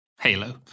halo